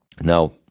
Now